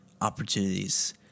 opportunities